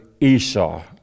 Esau